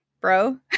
bro